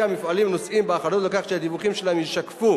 המפעלים נושאים באחריות לכך שהדיווחים שלהם ישקפו